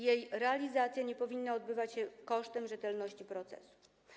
Jej realizacja nie powinna odbywać się kosztem rzetelności procesu.